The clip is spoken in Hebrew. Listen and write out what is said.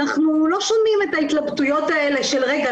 אנחנו לא שומעים את ההתלבטויות האלה של: רגע,